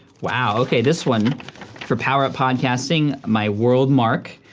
wow. okay this one for power-up podcasting, my world mark,